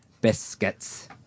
biscuits